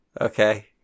Okay